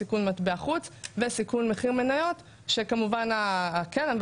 סיכון מטבע חוץ וסיכון מחיר מניות שכמובן הקרן,